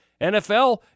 NFL